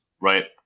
Right